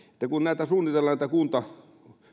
kun suunnitellaan näitä